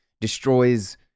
destroys